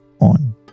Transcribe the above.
on